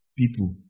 people